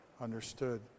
understood